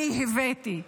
אני הבאתי.